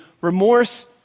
remorse